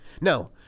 No